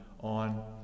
on